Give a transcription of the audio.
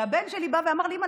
שהבן שלי בא ואמר לי: אימא,